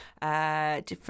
Different